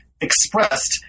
expressed